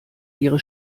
ihre